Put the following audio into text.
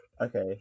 Okay